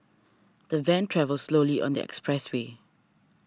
the van travelled slowly on the expressway